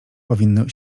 powinny